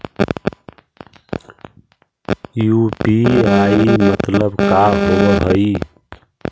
UPI मतलब का होब हइ?